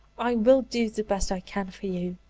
i will do the best i can for you.